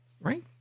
right